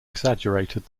exaggerated